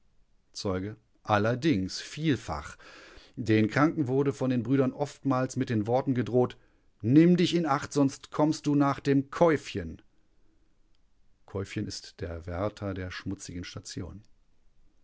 zeuge allerdings vielfach den kranken wurde von den brüdern oftmals mit den worten gedroht nimm dich in acht sonst kommst du nach dem käuffchen käuffchen ist der wärter der schmutzigen station